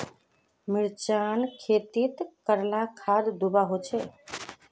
मिर्चान खेतीत कतला खाद दूबा होचे?